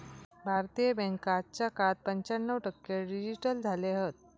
भारतीय बॅन्का आजच्या काळात पंच्याण्णव टक्के डिजिटल झाले हत